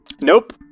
Nope